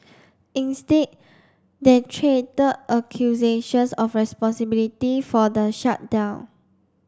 instead they traded accusations of responsibility for the shutdown